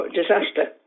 disaster